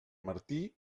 martí